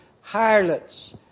harlots